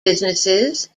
businesses